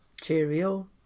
Cheerio